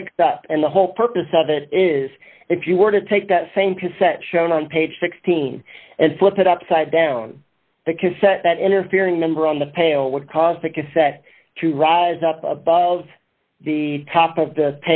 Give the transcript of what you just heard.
sticks up and the whole purpose of that is if you were to take that same cassette shown on page sixteen and flip it upside down the cassette that interfering number on the pail would cause the cassette to rise up above the top of the